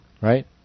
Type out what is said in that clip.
right